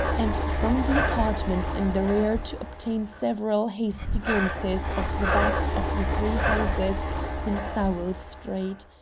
and from the apartments in the rear to obtain several hasty glimpses of the backs of the three houses in sowell street.